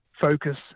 focus